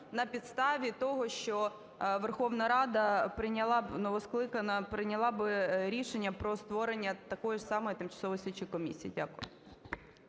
на підставі того, що Верховна Рада прийняла б, новоскликана, прийняла би рішення про створення такої ж самої тимчасової слідчої комісії. Дякую.